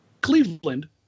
Cleveland